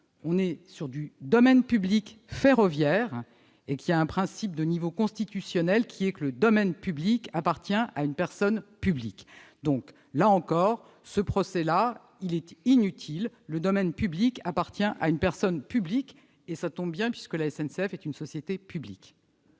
traitons du domaine public ferroviaire et il existe un principe de niveau constitutionnel selon lequel le domaine public appartient à une personne publique. Voilà encore un procès inutile : le domaine public appartient à une personne publique ; ça tombe bien, puisque la SNCF est une société publique